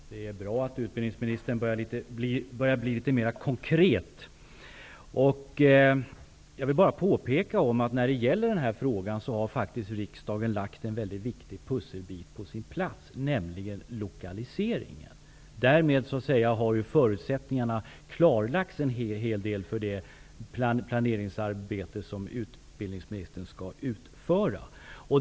Herr talman! Det är bra att utbildningsministern börjar att bli litet mera konkret. Jag vill bara påpeka att riksdagen i den här frågan har lagt en väldigt viktig pusselbit på sin plats. Det gäller då lokaliseringen. Därmed har förutsättningarna klarlagts en hel del för det planeringsarbete som utbidningsministern skall utföra.